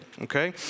okay